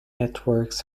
networks